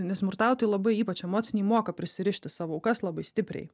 nes smurtautojai labai ypač emociniai moka prisirišti savo aukas labai stipriai